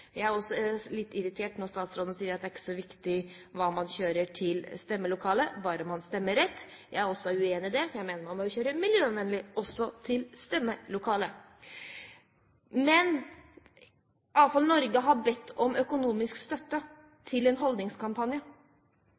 Jeg er også litt irritert når statsråden sier at det ikke er så viktig hva man kjører til stemmelokalet med, bare man stemmer rett. Jeg er også uenig i det, for jeg mener man må kjøre miljøvennlig også til stemmelokalet. Avfall Norge har bedt om økonomisk støtte til en holdningskampanje.